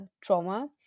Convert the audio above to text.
trauma